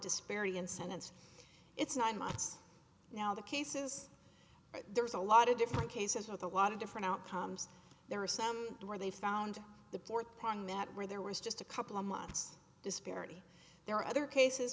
disparity in sentence it's nine months now the cases there was a lot of different cases with a lot of different outcomes there were some where they found the board prying that where there was just a couple of months disparity there are other cases